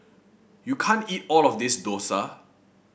you can't eat all of this dosa